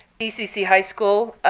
dcc high school,